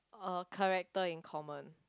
a character in common